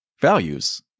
values